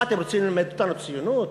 מה, אתם רוצים ללמד אותנו ציונות?